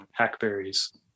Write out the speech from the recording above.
hackberries